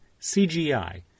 CGI